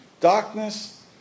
Darkness